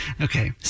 Okay